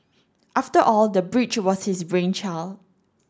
after all the bridge was his brainchild